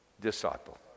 disciple